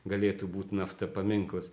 galėtų būt nafta paminklas